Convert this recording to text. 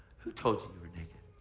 who told you you were naked?